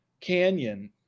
canyon